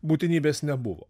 būtinybės nebuvo